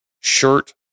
shirt